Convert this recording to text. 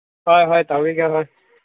ꯍꯣꯏ ꯍꯣꯏ ꯇꯧꯕꯤꯒꯦ ꯍꯣꯏ